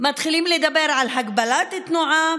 מתחילים לדבר על הגבלת תנועה